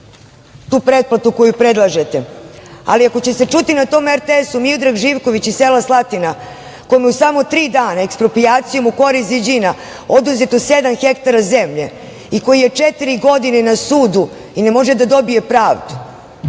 tu pretplatu koju predlažete, ali ako će se čuti na tom RTS-u Miodrag Živković iz sela Slatina, kome samo tri dana eksproprijacijom u korist Ziđina, oduzeto sedam hektara zemlje i koji je četiri godine na sudu i ne može da dobije pravdu.